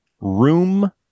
Room